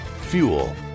Fuel